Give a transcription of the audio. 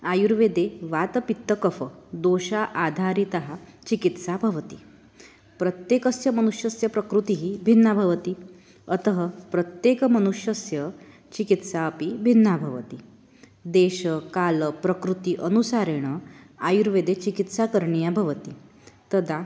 आयुर्वेदे वातपित्तकफदोषाः आधारिता चिकित्सा भवति प्रत्येकस्य मनुष्यस्य प्रकृतिः भिन्ना भवति अतः प्रत्येकमनुष्यस्य चिकित्सा अपि भिन्ना भवति देशकालप्रकृतीनाम् अनुसारेण आयुर्वेदे चिकित्सा करणीया भवति तदा